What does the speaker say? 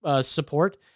support